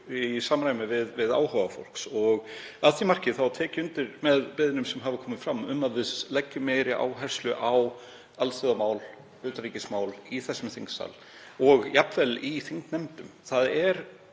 í samræmi við áhuga fólks og að því marki tek ég undir beiðnir sem hafa komið fram um að við leggjum meiri áherslu á alþjóðamál, utanríkismál, í þessum þingsal og jafnvel í þingnefndum.